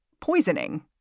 poisoning